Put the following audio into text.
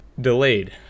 delayed